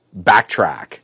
backtrack